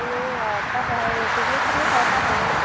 এনেই তাত হেৰি পিকনিক চিকনিক খাব পৰা হ'ব নহ্